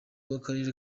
w’akarere